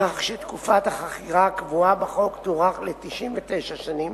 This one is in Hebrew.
כך שתקופת החכירה הקבועה בחוק תוארך ל-99 שנים,